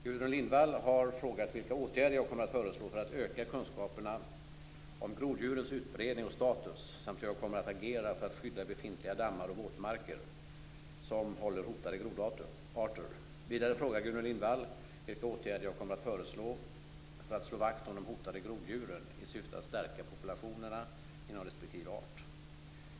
Gudrun Lindvall har frågat vilka åtgärder jag kommer föreslå för att öka kunskaperna om groddjurens utbredning och status samt hur jag kommer att agera för att skydda befintliga dammar och våtmarker som håller hotade grodarter. Vidare frågar Gudrun Lindvall vilka åtgärder jag kommer att föreslå för att slå vakt om de hotade groddjuren i syfte att stärka populationerna inom respektive art.